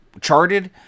charted